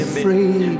free